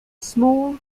small